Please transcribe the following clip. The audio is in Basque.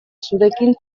zurekin